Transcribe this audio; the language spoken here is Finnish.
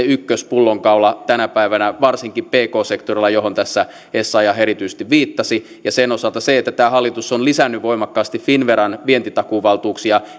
ykköspullonkaula tänä päivänä varsinkin pk sektorilla johon tässä essayah erityisesti viittasi ja sen osalta on se että tämä hallitus on lisännyt voimakkaasti finnveran vientitakuuvaltuuksia